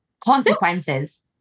consequences